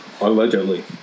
Allegedly